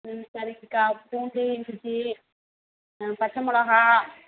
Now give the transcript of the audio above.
ம் சரிங்க்கா பூண்டு இஞ்சி பச்சமொளகாய்